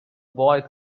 boy